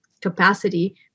capacity